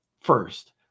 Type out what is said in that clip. first